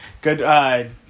good